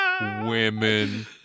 Women